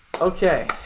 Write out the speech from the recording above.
okay